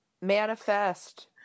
manifest